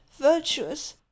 virtuous